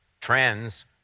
Trends